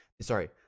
Sorry